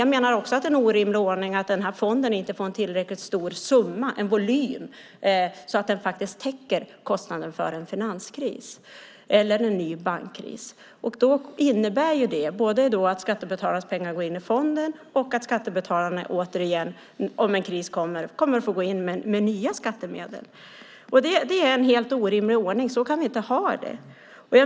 Jag menar också att det är en orimlig ordning att fonden inte får en tillräckligt stor summa, en volym, så att den täcker kostnaden för en finanskris eller en ny bankkris. Då innebär det både att skattebetalarnas pengar går in i fonden och att skattebetalarna återigen om en kris kommer får gå in med nya skattemedel. Det är en helt orimlig ordning. Så kan vi inte ha det.